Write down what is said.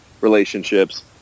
relationships